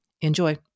Enjoy